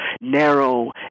narrow